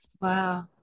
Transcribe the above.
Wow